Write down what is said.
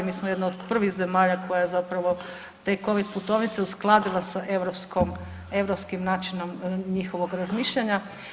Mi smo jedna od prvih zemalja koja je zapravo te covid putovnice uskladila sa europskim načinom njihovog razmišljanja.